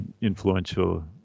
influential